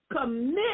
commit